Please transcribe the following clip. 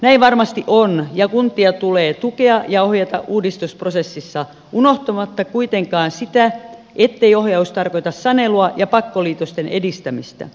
näin varmasti on ja kuntia tulee tukea ja ohjata uudistusprosessissa unohtamatta kuitenkaan sitä ettei ohjaus tarkoita sanelua ja pakkoliitosten edistämistä